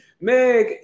Meg